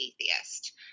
atheist